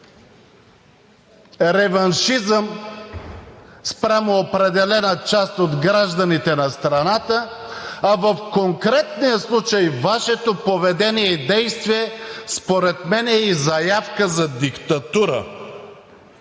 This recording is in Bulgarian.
реваншизъм спрямо определена част от гражданите на страната, а в конкретния случай Вашето поведение и действие според мен е и заявка за диктатура.